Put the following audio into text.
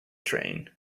train